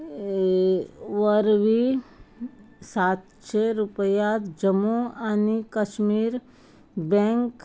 वरवीं सातशे रुपया जम्मू आनी काश्मीर बँक